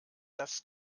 das